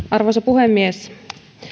arvoisa puhemies